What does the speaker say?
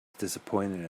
disappointed